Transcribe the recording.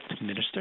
Minister